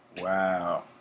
Wow